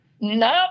no